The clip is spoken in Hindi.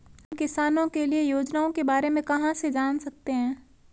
हम किसानों के लिए योजनाओं के बारे में कहाँ से जान सकते हैं?